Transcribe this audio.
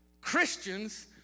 Christians